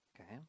Okay